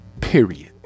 Period